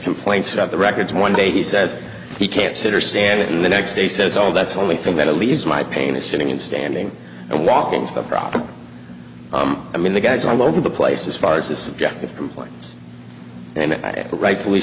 complaints about the records one day he says he can't sit or stand in the next day says well that's the only thing that at least my pain is sitting and standing and walking to the proper i mean the guys i'm over the place as far as the subjective complaints and rightfully